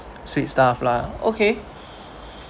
sweet stuff lah okay